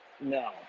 No